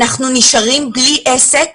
אנחנו נשארים בלי עסק